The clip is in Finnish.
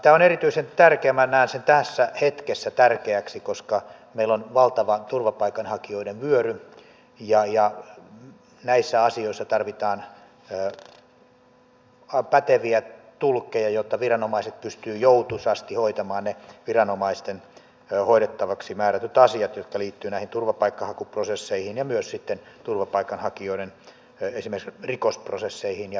tämä on erityisen tärkeää minä näen sen tässä hetkessä tärkeänä koska meillä on valtava turvapaikanhakijoiden vyöry ja näissä asioissa tarvitaan päteviä tulkkeja jotta viranomaiset pystyvät joutuisasti hoitamaan ne viranomaisten hoidettavaksi määrätyt asiat jotka liittyvät näihin turvapaikanhakuprosesseihin ja esimerkiksi myös sitten turvapaikanhakijoiden rikosprosesseihin ja palautusprosesseihin